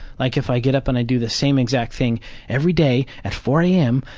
like if i get up and i do the same exact thing every day at four am,